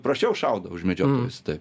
prasčiau šaudo už medžiotojus taip